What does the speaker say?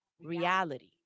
reality